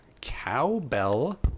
cowbell